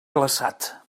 glaçat